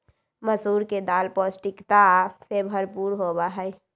मसूर के दाल पौष्टिकता से भरपूर होबा हई